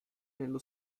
nello